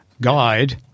guide